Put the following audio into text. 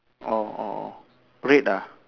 oh oh oh red ah